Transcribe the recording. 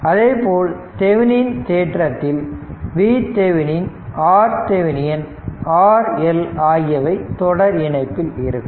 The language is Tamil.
அதேபோல் தெவெனின் தேற்றத்தில் V Thevenin R Thevenin RL ஆகியவை தொடர் இணைப்பில் இருக்கும்